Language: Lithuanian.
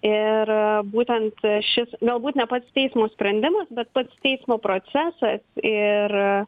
ir būtent šis galbūt ne pats teismo sprendimas bet pats teismo procesas ir